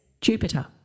Jupiter